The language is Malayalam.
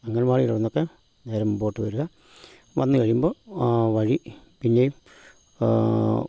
അംഗൻവാടിയുടെ അവിടുന്നൊക്കെ നേരെ മുമ്പോട്ട് വരിക വന്ന് കഴിയുമ്പോൾ ആ വഴി പിന്നേയും